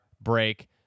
break